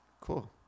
cool